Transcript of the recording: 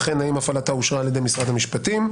וכן האם הפעלתה אושרה על ידי משרד המשפטים,